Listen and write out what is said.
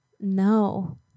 No